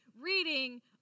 reading